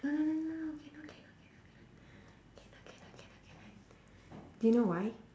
no no no no no no cannot cannot cannot cannot cannot cannot cannot cannot do you know why